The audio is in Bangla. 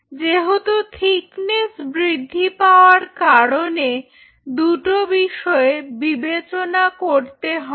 যেহেতু থিকনেস বৃদ্ধি পাওয়ার কারণে দুটো বিষয় বিবেচনা করতে হবে